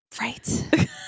Right